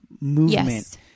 movement